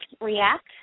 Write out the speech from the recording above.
react